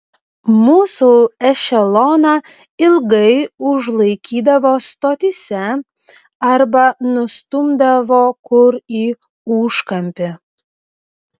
mūsų ešeloną ilgai užlaikydavo stotyse arba nustumdavo kur į užkampį